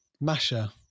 Masha